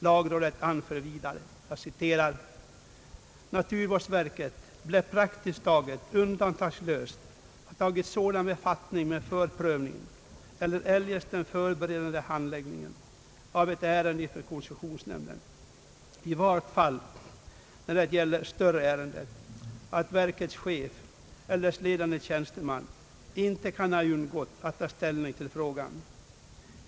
Lagrådet anför vidare: »Naturvårdsverket lär praktiskt taget undantagslöst ha tagit sådan befattning med förprövningen eller eljest den förberedande handläggningen av ett ärende inför koncessionsnämnden — i vart fall när det gäller större ärenden — att verkets chef eller dess ledande tjänstemän inte kan ha undgått att ta ställning till frågan.